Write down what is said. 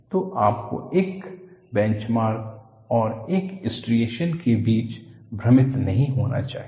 तो आपको एक बेंचमार्क और एक स्ट्रिएशन के बीच भ्रमित नहीं होना चाहिए